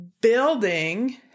building